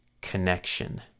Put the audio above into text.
connection